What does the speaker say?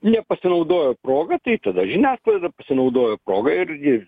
nepasinaudojo proga tai tada žiniasklaida pasinaudojo proga ir ji